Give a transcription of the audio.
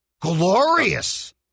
glorious